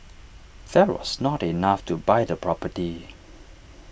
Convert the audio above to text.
that was not enough to buy the property